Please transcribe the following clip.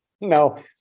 no